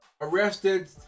arrested